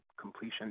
completion